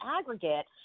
aggregate